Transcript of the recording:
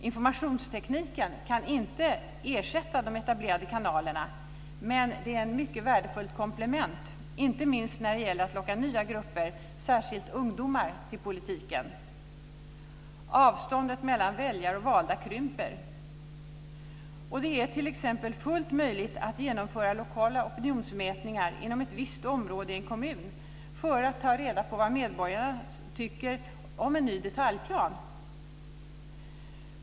Informationstekniken kan inte ersätta de etablerade kanalerna, men den är ett mycket värdefullt komplement, inte minst när det gäller att locka nya grupper, särskilt ungdomar, till politiken. Avståndet mellan väljare och valda krymper. Det är t.ex. fullt möjligt att genomföra lokala opinionsmätningar inom ett visst område i en kommun för att ta reda på vad medborgarna tycker om en ny detaljplan.